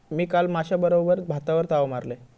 मी काल माश्याबरोबर भातावर ताव मारलंय